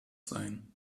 sein